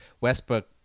Westbrook